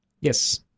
Yes